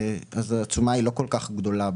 אז התשומה היא לא כל כך גדולה.